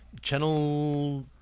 Channel